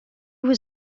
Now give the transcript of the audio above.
was